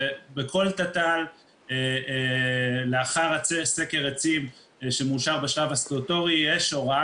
בכל תת"ל לאחר סקר עצים שמאושר בשלב הסטטוטורי יש הוראה